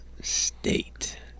state